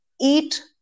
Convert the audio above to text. eat